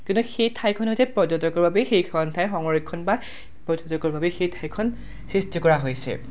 কিন্তু সেই ঠাইখনৰ সৈতে পৰ্যটকৰ বাবে সেইখন ঠাই সংৰক্ষণ বা পৰ্যটকৰ বাবে সেই ঠাইখন সৃষ্টি কৰা হৈছে